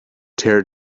tear